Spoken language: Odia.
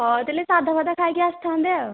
କହିଥିଲେ ସାଧା ଫାଧା ଖାଇକି ଆସିଥାନ୍ତେ ଆଉ